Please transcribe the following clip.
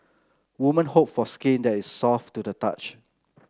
woman hope for skin that is soft to the touch